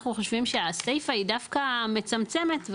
אנחנו חושבים שהיא דווקא מצמצמת,